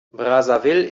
brazzaville